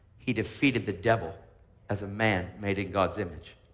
he defeated the devil as a man made in god's image.